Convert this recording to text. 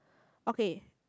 okay